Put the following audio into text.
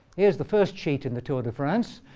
here's the first cheat in the tour de france.